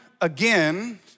again